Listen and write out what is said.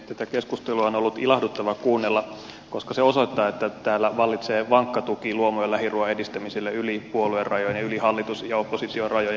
tätä keskustelua on ollut ilahduttava kuunnella koska se osoittaa että täällä vallitsee vankka tuki luomu ja lähiruuan edistämiselle yli puoluerajojen ja yli hallitus ja oppositiorajojen